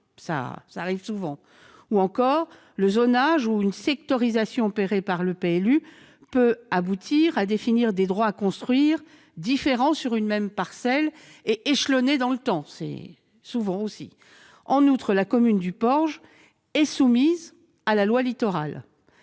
cela arrive souvent. Autre raison possible, le zonage ou une sectorisation opérée par le PLU peut aboutir à définir des droits à construire différents sur une même parcelle, ou échelonnés dans le temps ; c'est également fréquent. En outre, la commune du Porge est soumise à la loi Littoral